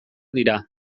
dira